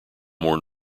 more